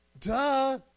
Duh